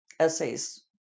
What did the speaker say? essays